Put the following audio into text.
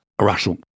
Russell